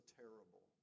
terrible